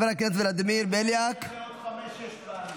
אני אקרא את זה עוד חמש, שש פעמים.